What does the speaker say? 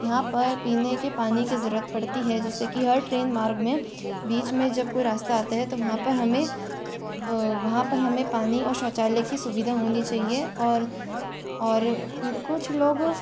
यहाँ पर पीने के पानी की ज़रूरत पड़ती है जैसे की हर ट्रेन मार्ग में बीच में जब कोई रास्ता आता है तो वहाँ पर हमें वहाँ पर हमें पानी और शौचालय की सुविधा होनी चाहिए और और कुछ लोगों